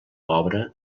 obra